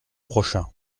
prochain